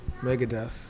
Megadeth